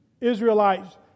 Israelites